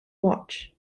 watch